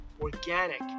organic